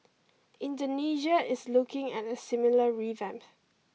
Indonesia is looking at a similar revamp